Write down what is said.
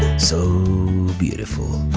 so beautiful.